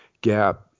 gap